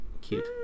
cute